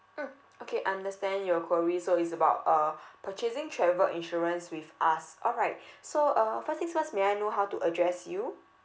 mm okay understand your query so is about uh purchasing travel insurance with us alright so uh first things first may I know how to address you